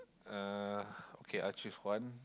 uh okay I'll choose one